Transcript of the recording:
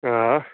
آ